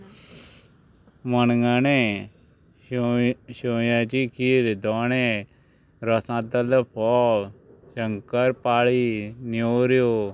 मणगणें शेव शेंवयाची खीर दोणें रोसांतले फोव शंकर पाळी नेवऱ्यो